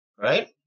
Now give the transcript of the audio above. Right